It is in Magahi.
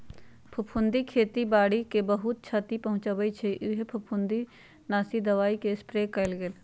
फफुन्दी खेती बाड़ी के बहुत छति पहुँचबइ छइ उहे लेल फफुंदीनाशी दबाइके स्प्रे कएल गेल